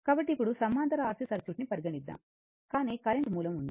కాబట్టి ఇప్పుడు సమాంతర RC సర్క్యూట్ ని పరిగణిద్దాం కానీ కరెంటు మూలం ఉంది